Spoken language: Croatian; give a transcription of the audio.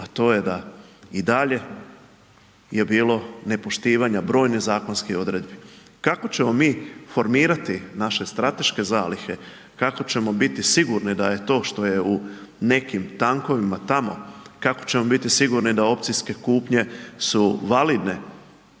a to je da i dalje je bilo nepoštivanja brojnih zakonskih odredbi. Kako ćemo mi formirati naše strateške zalihe, kako ćemo biti sigurni da je to što je u nekim tankovima tamo, kao ćemo biti sigurni da opcijske kupnje su validne